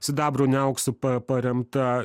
sidabru ne auksu pa paremta